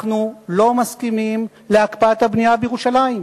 אנחנו לא מסכימים להקפאת הבנייה בירושלים.